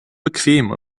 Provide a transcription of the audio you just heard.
bequem